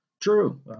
true